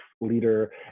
leader